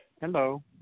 Hello